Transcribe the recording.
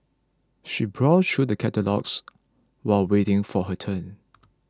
she browsed through the catalogues while waiting for her turn